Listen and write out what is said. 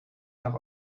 nach